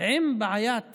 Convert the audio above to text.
עם בעיית